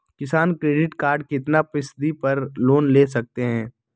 किसान credit card कितना फीसदी दर पर लोन ले सकते हैं?